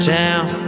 town